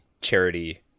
charity